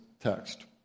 text